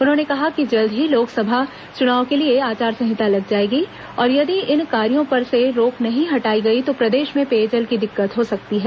उन्होंने कहा कि जल्द ही लोकसभा चुनाव के लिए आचार संहिता लग जाएगी और यदि इन कार्यों पर से रोक नहीं हटाई गई तो प्रदेश में पेयजल की दिक्कत हो सकती है